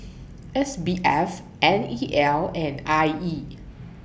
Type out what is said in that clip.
S B F N E L and I E